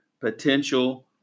potential